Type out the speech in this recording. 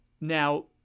Now